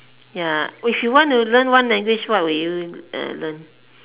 ya if you want to learn one language what would you learn